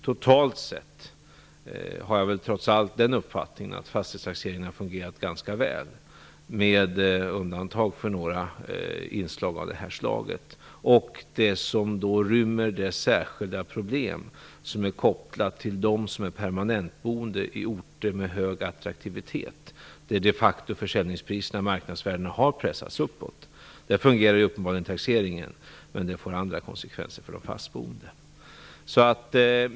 Totalt sett har jag trots allt den uppfattningen att fastighetstaxeringen har fungerat ganska väl, med undantag för några inslag av det här nämnda slaget och det som rymmer det särskilda problem som är kopplat till dem som är permanentboende i orter med hög attraktivitet och där marknadsvärdena och försäljningspriserna de facto har pressats uppåt. Där fungerar uppenbarligen taxeringen, men det får andra konsekvenser för de fastboende.